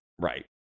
Right